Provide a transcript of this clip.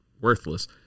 worthless